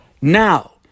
now